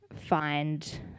find